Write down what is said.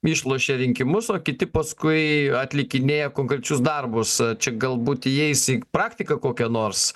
išlošia rinkimus o kiti paskui atlikinėja konkrečius darbus čia galbūt įeis į praktiką kokią nors